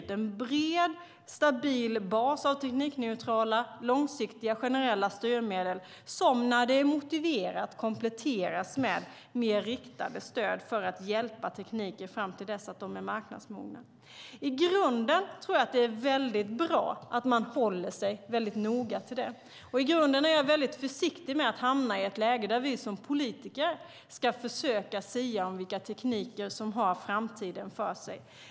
Det är en bred stabil bas av teknikneutrala, långsiktiga, generella styrmedel som när det är motiverat kompletteras med mer riktade stöd för att hjälpa tekniken fram till dess att den är marknadsmogen. I grunden är det väldigt bra att håller sig väldigt noga till det. I grunden är jag väldigt försiktig med att hamna i ett läge där vi som politiker ska försöka sia om vilka tekniker som har framtiden för sig.